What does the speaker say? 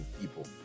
people